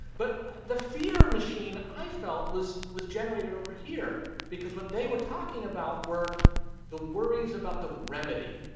but the fear machine i felt was was generated over here because what they were talking about were the worries about the remedy,